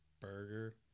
burger